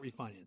refinance